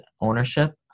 ownership